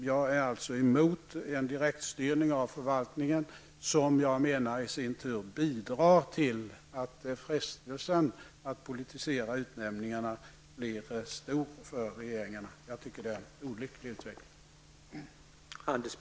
Jag är alltså emot en direktstyrning av förvaltningen, som jag menar bidrar till att frestelsen att politisera utnämningarna blir för stor för regeringen. Jag tycker det är en olycklig utveckling.